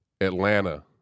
atlanta